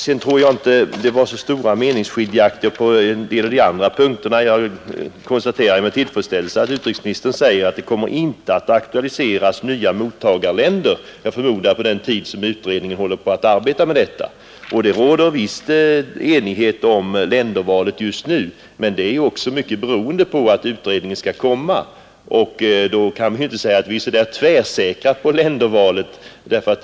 Jag tror inte att det var så stora skiljaktigheter på en del av de andra punkterna. Jag konstaterar med tillfredsställelse att utrikesministern sagt att det inte kommer att aktualiseras nya mottagarländer. Jag förmodar att han menade att så inte kommer att ske under den tid som en utredning arbetar med hithörande frågor. Det råder enighet om ländervalet just nu, men det är ju mycket beroende på att utredningens betänkande avvaktas. Det bör därför inte sägas att vi är tvärsäkra i fråga om ländervalet.